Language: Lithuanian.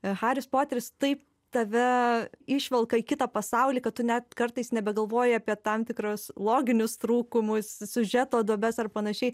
haris poteris taip tave išvelka į kitą pasaulį kad tu net kartais nebegalvoji apie tam tikrus loginius trūkumus siužeto duobes ar panašiai